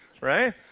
Right